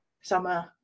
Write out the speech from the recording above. summer